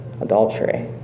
adultery